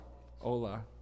Hola